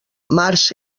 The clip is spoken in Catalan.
març